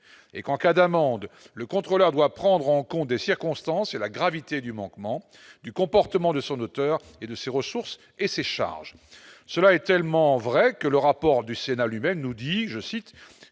et qu'en cas d'amende le contrôleur doit prendre en compte des circonstances et la gravité du manquement du comportement de son auteur et de ses ressources et ses charges, cela est tellement vrai que le rapport du Sénat lui-même nous dit, je cite,